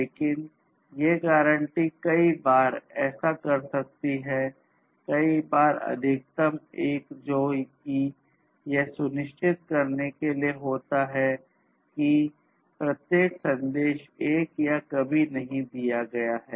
लेकिन ये गारंटी कई बार ऐसा कर सकती है कई बार अधिकतम एक जो कि यह सुनिश्चित करने के लिए होता है कि प्रत्येक संदेश एक या कभी नहीं दिया गया है